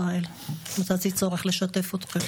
כי הם מבינים שעם ישראל חזק ומאוחד עכשיו.